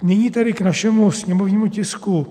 Nyní tedy k našemu sněmovnímu tisku.